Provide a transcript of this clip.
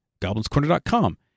goblinscorner.com